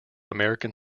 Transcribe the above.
american